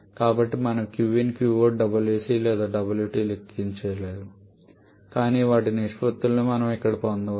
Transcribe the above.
కాబట్టి మనము qin qout wc లేదా wt లెక్కించలేము కాని వాటి నిష్పత్తులను మనం ఇక్కడ పొందవచ్చు